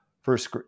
first